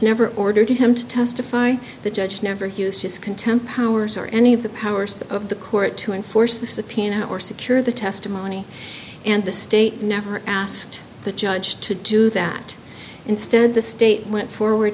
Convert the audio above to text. never ordered him to testify the judge never hears just contempt powers or any of the powers of the court to enforce the subpoena or secure the testimony and the state never asked the judge to do that in stead the state went forward